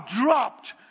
dropped